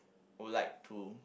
would like to